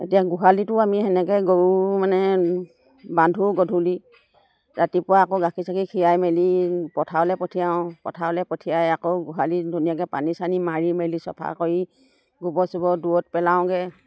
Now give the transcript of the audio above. এতিয়া গোহালিতো আমি সেনেকৈ গৰু মানে বান্ধোঁ গধূলি ৰাতিপুৱা আকৌ গাখীৰ চাখিৰ খীৰাই মেলি পথাৰলৈ পঠিয়াওঁ পথাৰলৈ পঠিয়াই আকৌ গোহালি ধুনীয়াকৈ পানী চানী মাৰি মেলি চফা কৰি গোবৰ চোবৰ দূৰত পেলাওঁগৈ